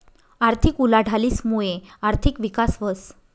आर्थिक उलाढालीस मुये आर्थिक विकास व्हस